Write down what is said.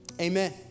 amen